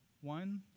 one